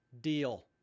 Deal